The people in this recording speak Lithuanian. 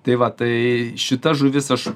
tai va tai šita žuvis aš